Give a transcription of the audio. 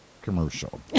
Commercial